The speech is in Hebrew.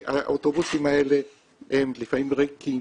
האוטובוסים האלה לפעמים ריקים,